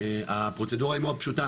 והפרוצדורה היא מאוד פשוטה,